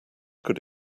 could